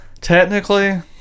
technically